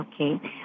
Okay